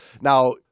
Now